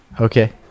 Okay